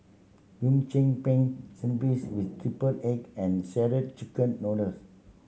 Hum Chim Peng spinach with triple egg and Shredded Chicken Noodles